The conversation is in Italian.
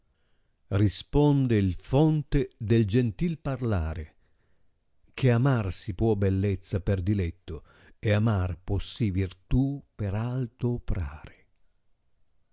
le il fonte del gentil parlare che amar si può bellezza per diletto e amar puossi virtù per alto oprare